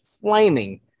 flaming